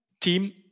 team